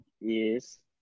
Yes